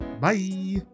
Bye